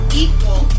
equal